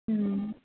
ம்